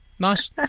Nice